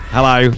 Hello